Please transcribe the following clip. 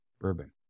bourbon